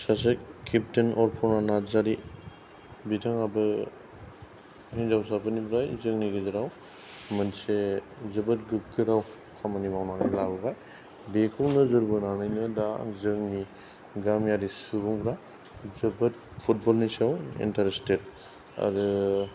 सासे केप्टेन अर्पना नार्जारी बिथाङाबो हिनजावसाफोरनिफ्राय जोंनि गेजेराव मोनसे जोबोद गोग्गाथाव खामानि मावनानै लाबोबाय बेखौ नोजोर बोनानै दा जोंनि गामियारि सुबुंफ्रा जोबोद फुटबलनि सायाव इन्टारेस्टेड आरो